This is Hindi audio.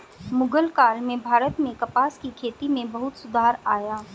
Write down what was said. मुग़ल काल में भारत में कपास की खेती में बहुत सुधार आया